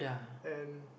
and